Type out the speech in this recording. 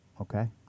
Okay